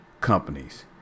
companies